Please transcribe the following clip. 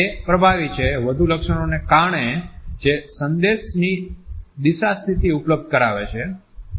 તે પ્રભાવી છે વધુ લક્ષણોને કારણે જે સંદેશની દિશા સ્થિતિ ઉપલબ્ધ કરાવે છે